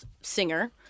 singer